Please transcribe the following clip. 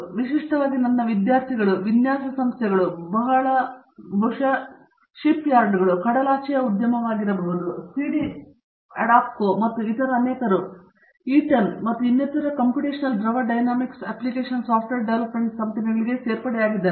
ವಿಶಿಷ್ಟವಾಗಿ ನನ್ನ ವಿದ್ಯಾರ್ಥಿಗಳು ವಿನ್ಯಾಸ ಸಂಸ್ಥೆಗಳು ಬಹುಶಃ ಶಿಪ್ಯಾರ್ಡ್ಗಳು ಕಡಲಾಚೆಯ ಉದ್ಯಮವಾಗಿರಬಹುದು ಅವರು ಸಿಡಿ ಅಡಾಪ್ಕೊ ಮತ್ತು ಇತರ ಅನೇಕರು ಈಟನ್ ಮತ್ತು ಇನ್ನಿತರ ಕಂಪ್ಯುಟೇಶನಲ್ ದ್ರವ ಡೈನಾಮಿಕ್ಸ್ ಅಪ್ಲಿಕೇಶನ್ ಸಾಫ್ಟ್ವೇರ್ ಡೆವಲಪ್ಮೆಂಟ್ ಕಂಪನಿಗಳಿಗೆ ಸೇರ್ಪಡೆಯಾಗಿದ್ದಾರೆ